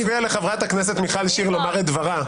אתה מפריע לחברת הכנסת מיכל שיר לומר את דברה,